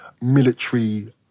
military